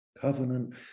Covenant